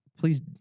please